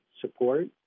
support